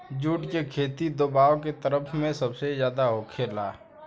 जुट के खेती दोवाब के तरफ में सबसे ज्यादे होखेला